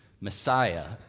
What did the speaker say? Messiah